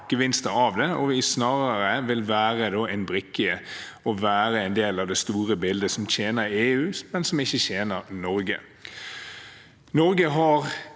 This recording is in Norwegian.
Norge har